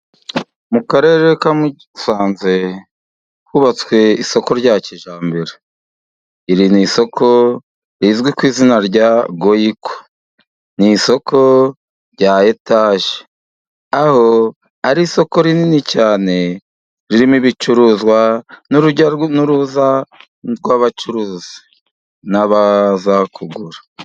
Mu karere ka Musanze hubatswe isoko rya kijyambere, iri ni isoko rizwi ku izina rya Goyiko. Ni isoko rya etaje aho ari isoko rinini cyane ririmo ibicuruzwa n'urujya n'uruza rw'abacuruzi n'abaza kugura.